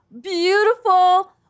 beautiful